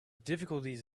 difficulties